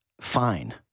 fine